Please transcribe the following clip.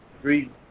three